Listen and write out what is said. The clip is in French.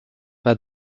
pas